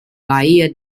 bahía